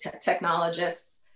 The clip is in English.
technologists